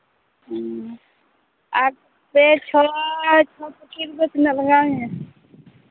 ᱦᱮᱸ ᱟᱨ ᱯᱮ ᱪᱷᱚᱭ ᱪᱷᱚ ᱠᱚᱯᱤ ᱨᱮᱫᱚ ᱛᱤᱱᱟᱹᱜ ᱞᱟᱜᱟᱣᱤᱧᱟᱹ